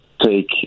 take